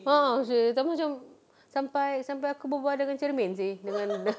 a'ah seh sampai macam sampai sampai aku berbual dengan cermin seh